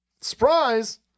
surprise –